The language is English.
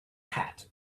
hat